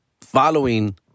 following